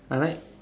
I like